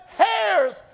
hairs